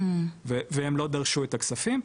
והם לא דרשו את הכספים,